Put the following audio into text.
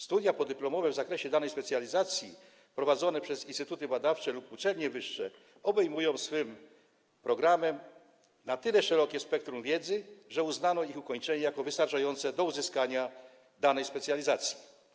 Studia podyplomowe w zakresie danej specjalizacji prowadzone przez instytuty badawcze lub uczelnie wyższe obejmują swym programem na tyle szerokie spektrum wiedzy, że uznano ich ukończenie za wystarczające do uzyskania danej specjalizacji.